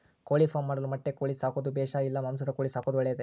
ಕೋಳಿಫಾರ್ಮ್ ಮಾಡಲು ಮೊಟ್ಟೆ ಕೋಳಿ ಸಾಕೋದು ಬೇಷಾ ಇಲ್ಲ ಮಾಂಸದ ಕೋಳಿ ಸಾಕೋದು ಒಳ್ಳೆಯದೇ?